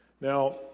Now